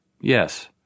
Yes